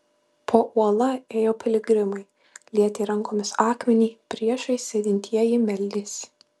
po uola ėjo piligrimai lietė rankomis akmenį priešais sėdintieji meldėsi